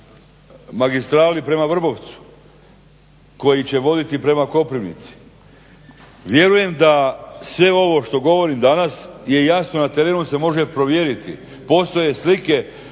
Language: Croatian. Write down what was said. magistrali prema Vrbovcu koji će voditi prema Koprivnici. Vjerujem da sve ovo što govorim danas je jasno na terenu se može provjeriti, postoje slike